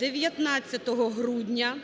19 грудня